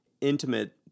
intimate